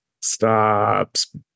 Stops